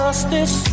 Justice